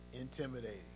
intimidating